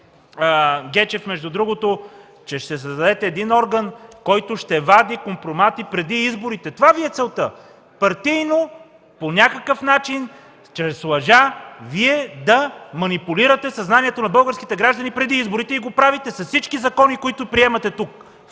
Гечев, между другото, ще вади компромат преди изборите. Това Ви е целта – партийно по някакъв начин, чрез лъжа Вие да манипулирате съзнанието на българските граждани преди изборите и го правите с всички закони, които приемате тук.